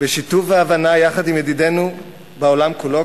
ושיתוף והבנה יחד עם ידידינו בעולם כולו,